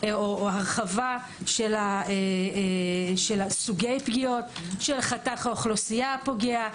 הרחבה של סוגי הפגיעות, של חתך האוכלוסייה הפוגע.